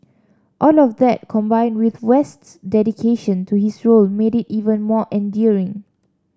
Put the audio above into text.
all of that combined with West's dedication to his role made it even more endearing